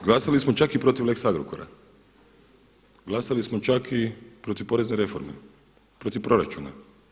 Glasali smo čak i protiv lex Agrokora, glasali smo čak i protiv porezne reforme, protiv proračuna.